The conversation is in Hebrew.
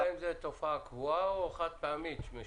השאלה אם זאת תופעה קבועה או חד-פעמית שהוא משוטט.